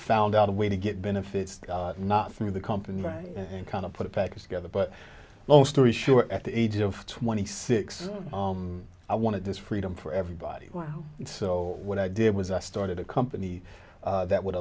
found out a way to get benefits not through the company and kind of put it back together but mostly sure at the age of twenty six i wanted this freedom for everybody wow and so what i did was i started a company that would